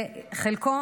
וחלקו,